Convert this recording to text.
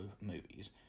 movies